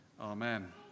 amen